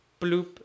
Bloop